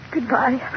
Goodbye